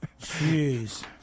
Jeez